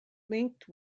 linked